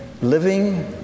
living